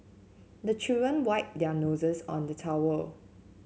the children wipe their noses on the towel